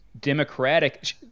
Democratic